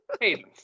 Hey